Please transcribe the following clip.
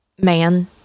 man